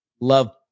love